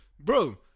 bro